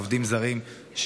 עובדים זרים,